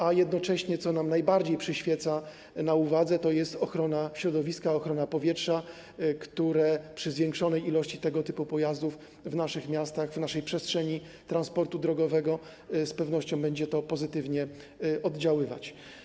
A jednocześnie to, co nam najbardziej przyświeca, to jest ochrona środowiska, ochrona powietrza, a przy zwiększonej liczbie tego typu pojazdów w naszych miastach, w naszej przestrzeni transportu drogowego z pewnością będzie to pozytywnie oddziaływać.